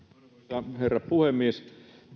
arvoisa herra puhemies